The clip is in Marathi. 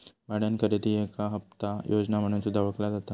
भाड्यानो खरेदी याका हप्ता योजना म्हणून सुद्धा ओळखला जाता